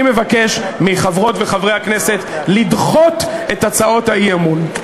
מבקש מחברות וחברי הכנסת לדחות את הצעות האי-אמון.